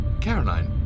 Caroline